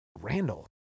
Randall